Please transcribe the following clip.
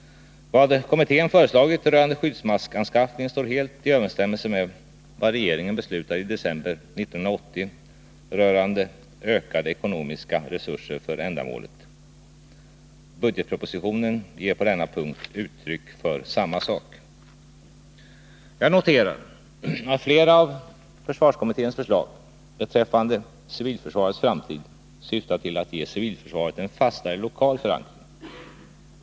Vad kommittén föreslagit rörande skyddsmaskanskaffningen står helt i överensstämmelse med vad regeringen beslutade i december 1980 rörande ökade ekonomiska resurser för ändamålet. Budgetpropositionen ger på denna punkt uttryck för samma sak. Jag noterar att flera av försvarskommitténs förslag beträffande civilförsvarets framtid syftar till att ge civilförsvaret en fastare lokal förankring.